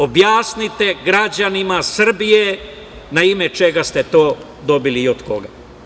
Objasnite građanima Srbije, na ime čega ste to dobili i od koga.